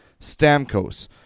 Stamkos